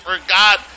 forgot